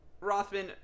Rothman